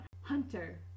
Hunter